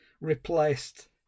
replaced